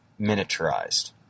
miniaturized